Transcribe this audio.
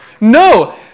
No